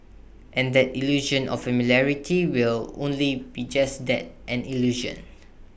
and that illusion of familiarity will only be just that an illusion